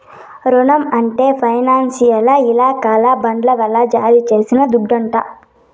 రునం అంటే ఫైనాన్సోల్ల ఇలాకాల బాండ్ల వల్ల జారీ చేసిన దుడ్డంట